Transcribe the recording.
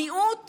המיעוט